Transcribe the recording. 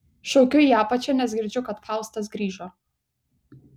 šaukiu į apačią nes girdžiu kad faustas grįžo